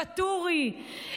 ואטורי,